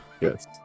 Yes